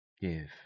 Give